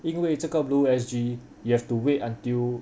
因为这个 blue S_G you have to wait until